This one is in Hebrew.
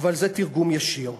אבל זה תרגום ישיר: